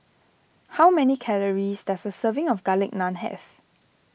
how many calories does a serving of Garlic Naan have